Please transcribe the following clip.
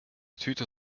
tüte